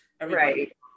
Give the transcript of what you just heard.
Right